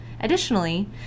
Additionally